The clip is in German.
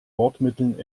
bordmitteln